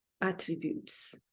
attributes